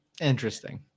Interesting